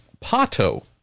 Pato